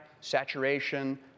saturation